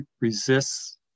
resists